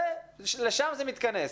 לשם זה מתכנס.